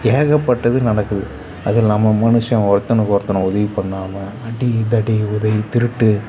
ஏகப்பட்டது நடக்குது அதுவும் இல்லாமல் மனுஷன் ஒருத்தனுக்கு ஒருத்தனை உதவி பண்ணாமல் அடி தடி உதை திருட்டு